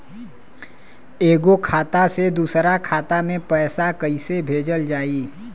एगो खाता से दूसरा खाता मे पैसा कइसे भेजल जाई?